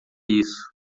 isso